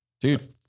Dude